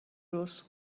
روز